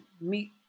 meet